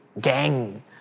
gang